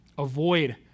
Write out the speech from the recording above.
Avoid